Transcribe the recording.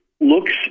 looks